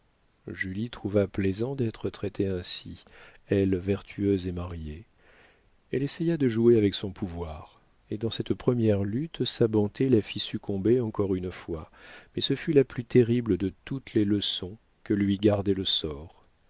julie trouva plaisant d'être traitée ainsi elle vertueuse et mariée elle essaya de jouer avec son pouvoir et dans cette première lutte sa bonté la fit succomber encore une fois mais ce fut la plus terrible de toutes les leçons que lui gardait le sort